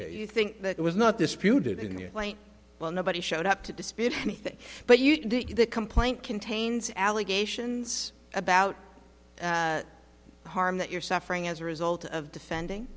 case you think that was not disputed in the light well nobody showed up to dispute anything but you the complaint contains allegations about the harm that you're suffering as a result of defending